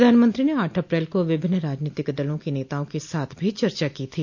प्रधानमंत्री ने आठ अप्रैल को विभिन्न राजनीतिक दलों के नेताओं के साथ भी चर्चा की थी